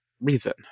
reason